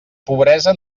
pobresa